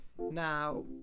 Now